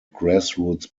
grassroots